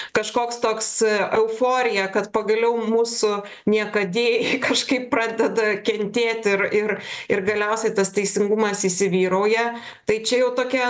kažkoks toks euforija kad pagaliau mūsų niekadėjai kažkaip pradeda kentėt ir ir ir galiausiai tas teisingumas įsivyrauja tai čia jau tokia